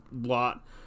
lot